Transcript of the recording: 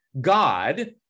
God